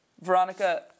Veronica